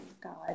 God